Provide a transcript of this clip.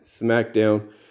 SmackDown